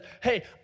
hey